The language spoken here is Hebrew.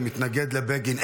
שמתנגד לבגין,